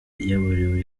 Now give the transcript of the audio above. yaburiwe